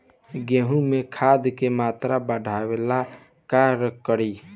गेहूं में खाद के मात्रा बढ़ावेला का करी?